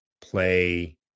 play